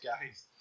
guys